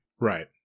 right